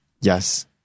yes